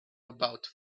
about